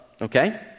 okay